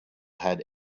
had